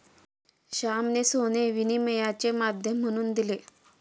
श्यामाने सोने हे विनिमयाचे माध्यम म्हणून दिले